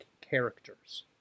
characters